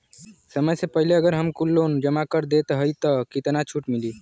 समय से पहिले अगर हम कुल लोन जमा कर देत हई तब कितना छूट मिली?